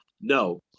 no